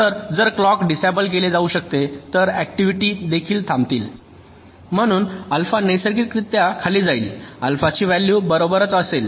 तर जर clock disable केले जाऊ शकते तर ऍक्टिव्हिटी देखील थांबतील म्हणून अल्फा नैसर्गिकरित्या खाली जाईल अल्फाची व्हॅल्यू बरोबरच असेल